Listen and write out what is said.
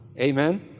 Amen